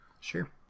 Sure